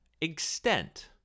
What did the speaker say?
extent